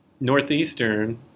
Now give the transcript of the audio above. Northeastern